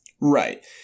Right